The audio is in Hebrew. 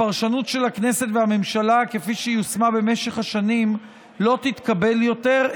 הפרשנות של הכנסת והממשלה כפי שהיא יושמה במשך השנים לא תתקבל יותר,